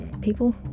people